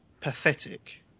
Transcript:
pathetic